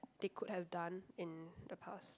they could have done in the past